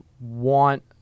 want